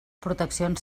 proteccions